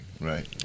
right